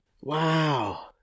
Wow